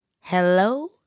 Hello